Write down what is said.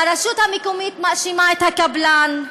הרשות המקומית מאשימה את הקבלן,